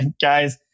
guys